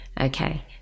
Okay